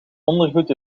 ondergoed